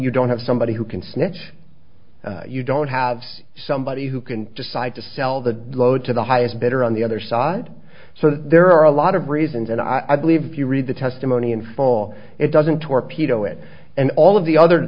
you don't have somebody who can snatch you don't have somebody who can decide to sell the load to the highest bidder on the other side so there are a lot of reasons and i believe if you read the testimony in fall it doesn't torpedo it and all of the other